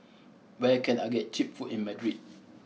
where can I get cheap food in Madrid